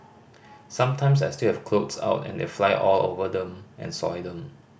sometimes I still have clothes out and they fly all over them and soil them